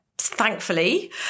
Thankfully